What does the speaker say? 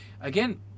again